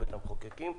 זה בית המחוקקים שלנו.